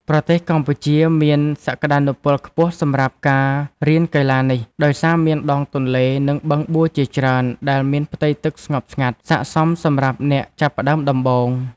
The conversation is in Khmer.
ប្រទេសកម្ពុជាមានសក្ដានុពលខ្ពស់សម្រាប់ការរៀនកីឡានេះ ដោយសារមានដងទន្លេ និងបឹងបួជាច្រើនដែលមានផ្ទៃទឹកស្ងប់ស្ងាត់ ស័ក្តិសមសម្រាប់អ្នកចាប់ផ្ដើមដំបូង។